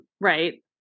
right